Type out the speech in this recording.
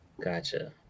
Gotcha